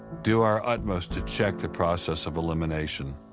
do our utmost to check the process of elimination.